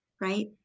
right